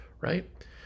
right